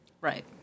right